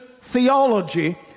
theology